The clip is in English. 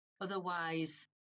Otherwise